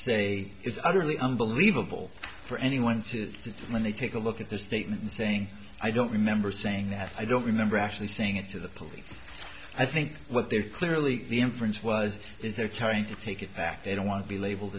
a it's utterly unbelievable for anyone to see when they take a look at the statement saying i don't remember saying that i don't remember actually saying it to the police i think what they're clearly the inference was is they're tearing to take it back they don't want to be labeled